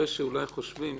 הדין וחשבון יכלול,